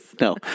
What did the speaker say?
No